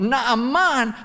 Naaman